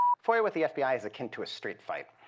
foia with the fbi is akin to a street fight.